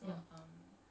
ya